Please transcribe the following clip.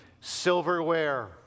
silverware